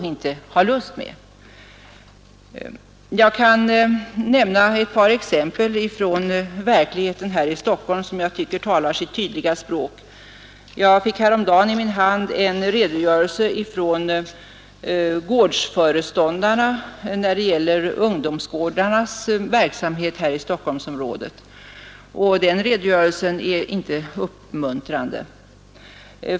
Jag kan nämna ett par exempel från verkligheten här i Stockholm som jag tycker talar sitt tydliga språk. Jag fick häromdagen i min hand en redogörelse av föreståndarna för ungdomsgårdarnas verksamhet i Stockholmsområdet. Den redogörelsen är inte uppmuntrande.